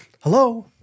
Hello